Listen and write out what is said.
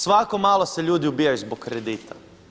Svako malo se ljudi ubijaju zbog kredita.